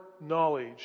knowledge